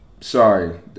Sorry